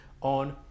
on